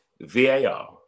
VAR